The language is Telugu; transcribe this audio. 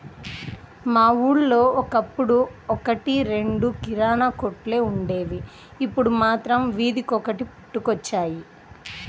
మా ఊళ్ళో ఒకప్పుడు ఒక్కటి రెండు కిరాణా కొట్లే వుండేవి, ఇప్పుడు మాత్రం వీధికొకటి పుట్టుకొచ్చాయి